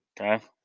Okay